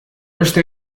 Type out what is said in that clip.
este